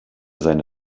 seine